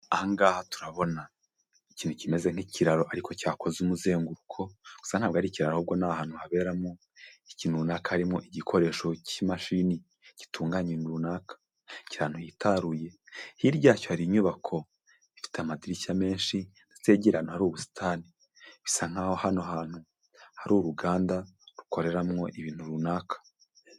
Ahangaha turabona ikintu kimeze nk'ikiraro ariko cyakoze umuzenguruko gusa ntabwo ari irikiraro ahubwo ni ahantu haberamo ikintu runaka harimo igikoresho cy'imashini gitunganya ibintu runaka cyane yihitaruye hiryacyo hari inyubako ifite amadirishya menshi zegerana ari ubusitani bisa nkaho hano hantu hari uruganda rukorerwamwo ibintu runaka